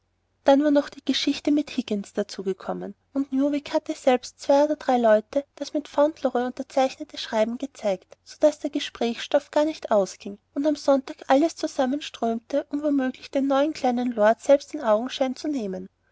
dann war noch die geschichte mit higgins dazu gekommen und newick selbst hatte zwei oder drei leuten das mit fauntleroy unterzeichnete schreiben gezeigt so daß der gesprächsstoff gar nicht ausging und am sonntag alles zusammenströmte um womöglich den neuen kleinen lord selbst in augenschein zu nehmen